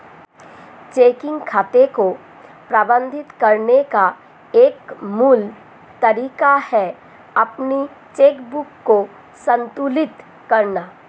checking खाते को प्रबंधित करने का एक मूल तरीका है अपनी चेकबुक को संतुलित करना